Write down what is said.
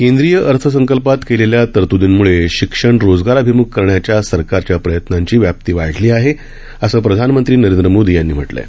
केंद्रीय अर्थसंकल्पात केलेल्या तरतूदींमुळे शिक्षण रोजगाराभिमुख करण्याच्या सरकारच्या प्रयत्नांची व्याप्ती वाढली आहे असं प्रधानमंत्री नरेंद्र मोदी यांनी म्हटलं आहे